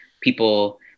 people